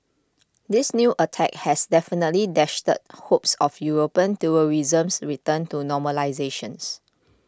this new attack has definitely dashed hopes of European tourism's return to normalisations